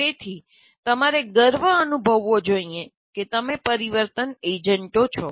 તેથી તમારે ગર્વ અનુભવવો જોઈએ કે તમે પરિવર્તન એજન્ટો છો